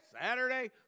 Saturday